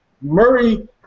Murray